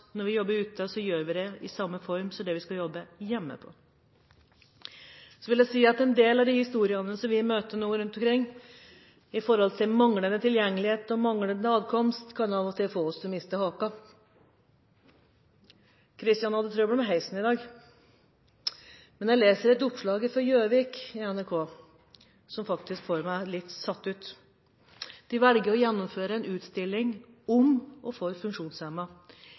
når vi jobber ute, så gjør vi det i samme form som vi skal gjøre her hjemme. Så vil jeg si at en del av de historiene som vi nå møter rundt omkring som gjelder manglende tilgjengelighet og manglende adkomst, kan av og til gi oss hakeslepp. Kristian hadde f.eks. trøbbel med toget i dag – men når jeg leser et oppslag fra Gjøvik på nrk.no, så blir jeg faktisk litt satt ut. Man velger å gjennomføre en utstilling om og for